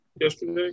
yesterday